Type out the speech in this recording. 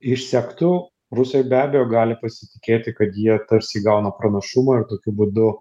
išsektų rusai be abejo gali pasitikėti kad jie tarsi įgauna pranašumą ir tokiu būdu